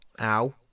ow